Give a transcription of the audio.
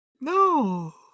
No